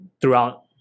throughout